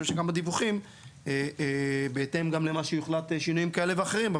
גם לדיווחים בהתאם שיוחלט שינויים כאלה ואחרים.